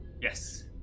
Yes